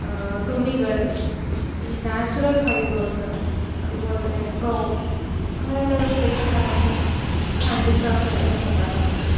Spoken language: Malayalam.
തുണികൾ ഈ നാച്ചുറൽ ഫൈബേഴ്സ് അത്പോലെ തന്നെ സ്ട്രോ അങ്ങനെയുള്ളതൊക്കെ വച്ചിട്ട് നമുക്ക് ഈ ഹാൻഡിക്രാഫ്റ്റ് ഐറ്റംസ് ഉണ്ടാക്കാൻ പറ്റും